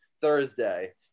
thursday